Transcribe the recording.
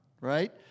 Right